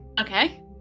Okay